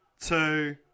two